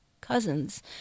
cousins